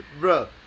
bro